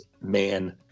man